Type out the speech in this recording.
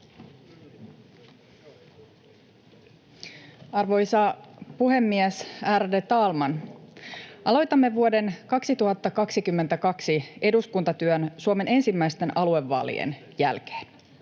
Arvoisa puhemies, ärade talman! Aloitamme vuoden 2022 eduskuntatyön Suomen ensimmäisten aluevaalien jälkeen.